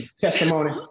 testimony